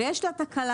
ויש בה תקלה.